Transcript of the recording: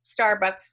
Starbucks